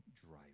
driver